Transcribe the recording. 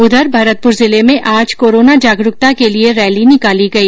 उधर भरतप्र जिले में आज कोरोना जागरूकता के लिए रैली निकाली गई